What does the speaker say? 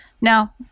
No